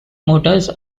motors